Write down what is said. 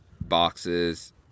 boxes